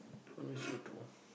I'll miss you too